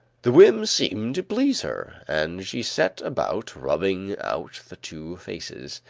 the whim seemed to please her and she set about rubbing out the two faces.